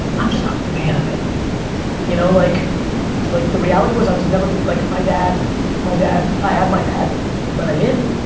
i'm just a fan of it you know? like like the reality was i was never, like my dad my dad i had my dad but i didn't.